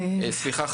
סליחה,